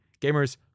Gamers